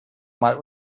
mal